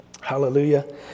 Hallelujah